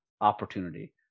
opportunity